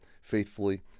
faithfully